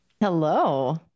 Hello